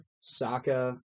Saka